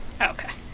Okay